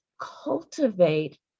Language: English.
cultivate